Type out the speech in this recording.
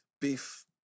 Beef